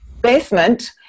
basement